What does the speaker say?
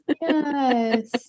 Yes